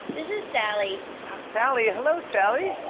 this is sally. wow, sally? hello, sally.